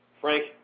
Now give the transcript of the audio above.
Frank